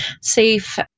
safe